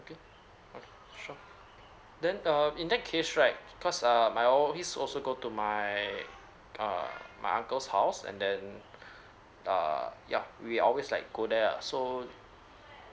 okay okay sure then err in that case right cause err I always go to my uh my uncle's house and then err yeah we always like go there lah so